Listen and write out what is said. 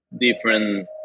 different